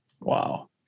wow